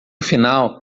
final